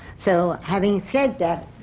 so, having said that,